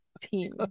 team